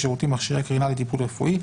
ושירותים (מכשירי קרינה לטיפול רפואי),